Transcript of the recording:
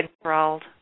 enthralled